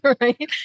right